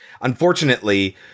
Unfortunately